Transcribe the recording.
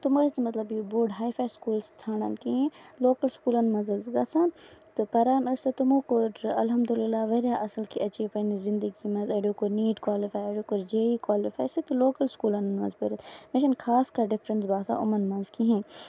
تِم ٲسۍ نہٕ بوٚڑ ہاے فاے سکوٗل ژھنڈان کِہیںۍ لوکل سکوٗلن منٛز ٲسۍ گژھان تہٕ پران ٲسۍ تہٕ تِمو کوٚر الحمدللہ واریاہ اَصٕل کہِ ایچیٖو پَنٕنہِ زندگی منٛز اَڈیو کوٚر نیٖٹ کالِفاے اَڈیو کوٚر جے ایٖی کالِفاے سُہ تہِ لوکل سکوٗلن منٛز کٔرٕکھ مےٚ چھُ نہٕ خاص کانہہ ڈِفرنس باسان یِمن منٛز کِہیںی